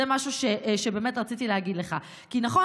זה משהו שבאמת רציתי להגיד לך: נכון